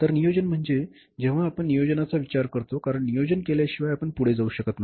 तर नियोजन म्हणजे जेव्हा आपण नियोजनाचा विचार करतो कारण नियोजन केल्याशिवाय आपण पुढे जाऊ शकत नाही